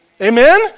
Amen